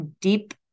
deep